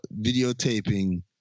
videotaping